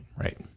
right